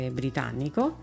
britannico